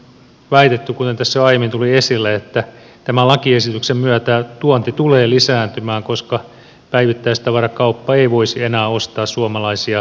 on väitetty kuten tässä jo aiemmin tuli esille että tämän lakiesityksen myötä tuonti tulee lisääntymään koska päivittäistavarakauppa ei voisi enää ostaa suomalaisia tuotteita